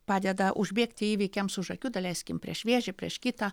padeda užbėgti įvykiams už akių daleiskim prieš vėžį prieš kitą